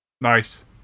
Nice